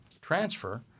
transfer